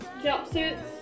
jumpsuits